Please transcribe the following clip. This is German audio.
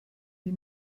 die